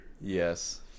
yes